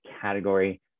category